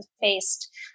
faced